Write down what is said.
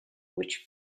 which